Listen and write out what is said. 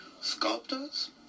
sculptors